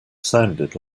sounded